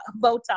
botox